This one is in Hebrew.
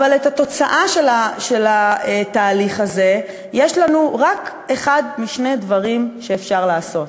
אבל בתוצאה של התהליך הזה יש לנו רק אחד משני דברים שאפשר לעשות: